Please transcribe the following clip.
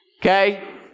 Okay